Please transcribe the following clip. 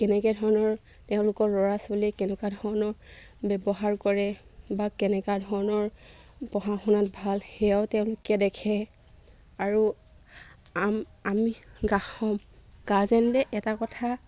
কেনেকৈ ধৰণৰ তেওঁলোকৰ ল'ৰা ছোৱালীয়ে কেনেকুৱা ধৰণৰ ব্যৱহাৰ কৰে বা কেনেকুৱা ধৰণৰ পঢ়া শুনাত ভাল সেয়াও তেওঁলোকে দেখে আৰু আ আমি গাহ গাৰ্জেনে এটা কথা